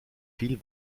viel